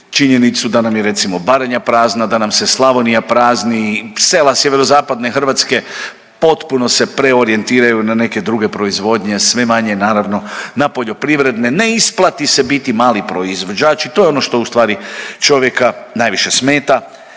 činjenicu da nam je recimo Baranja prazna, da nam se Slavonija prazni, sela sjeverozapadne Hrvatske potpuno se preorijentiraju na neke druge proizvodnje, sve manje naravno na poljoprivredne, ne isplati se biti mali proizvođač i to je ono što u stvari čovjeka najviše smeta